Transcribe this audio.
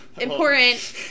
important